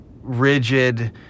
rigid